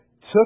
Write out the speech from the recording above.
took